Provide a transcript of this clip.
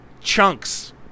chunks